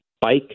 bike